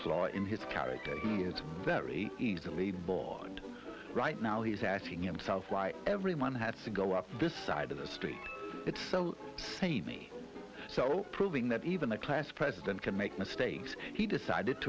flaw in his character he is very easily bored right now he's asking him self why everyone has to go up this side of the street it's so saini so proving that even a class president can make mistakes he decided